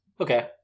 Okay